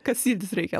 kasytis reikia